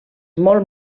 molt